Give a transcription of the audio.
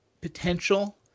potential